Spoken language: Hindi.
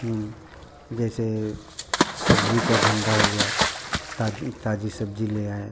जैसे सब्ज़ी का धंधा हुआ ताज ताज़ी सब्ज़ी ले आए